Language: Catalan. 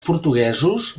portuguesos